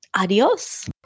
Adios